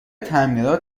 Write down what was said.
تعمیرات